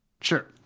Sure